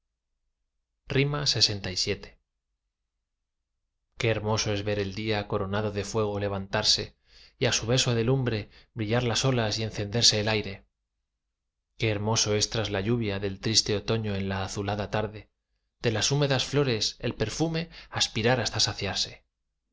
lxvii qué hermoso es ver el día coronado de fuego levantarse y á su beso de lumbre brillar las olas y encenderse el aire qué hermoso es tras la lluvia del triste otoño en la azulada tarde de las húmedas flores el perfume aspirar hasta saciarse